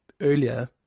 earlier